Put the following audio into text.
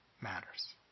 matters